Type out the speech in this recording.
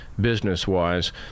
business-wise—